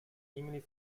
simili